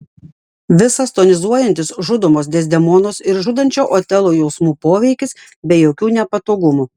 visas tonizuojantis žudomos dezdemonos ir žudančio otelo jausmų poveikis be jokių nepatogumų